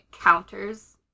counters